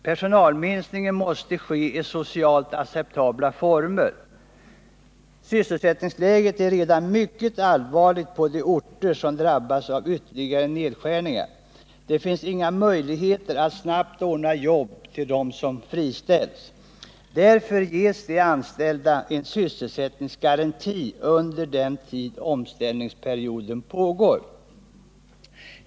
Personalminskningen måste ske i socialt acceptabla former. Sysselsättningsläget är redan mycket allvarligt på de orter som drabbas av ytterligare nedskärningar. Det finns inga möjligheter att snabbt ordna jobb till dem som friställs. Därför ges de anställda en sysselsättningsgaranti under den tid omställningsperioden pågår.